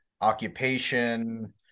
occupation